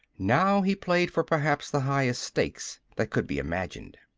now he played for perhaps the highest stakes that could be imagined.